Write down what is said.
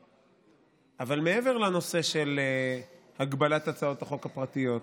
אבל מעבר לנושא של הגבלת הצעות החוק הפרטיות,